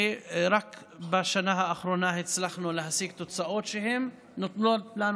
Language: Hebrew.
ורק בשנה האחרונה הצלחנו להשיג תוצאות שנותנות לנו